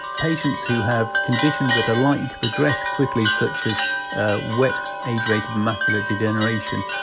patients who have conditions that are likely to progress quickly, such as ah wet age-related macular degeneration,